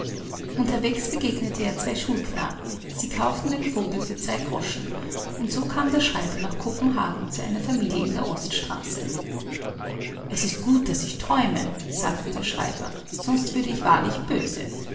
unterwegs begegnete er zwei schulknaben sie kauften den vogel für zwei groschen und so kam der schreiber nach kopenhagen zu einer familie in der oststraße es ist gut daß ich träume sagte der schreiber sonst würde ich wahrlich böse